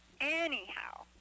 anyhow